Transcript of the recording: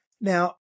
now